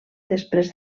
després